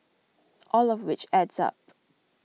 all of which adds up